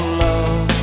love